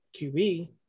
qb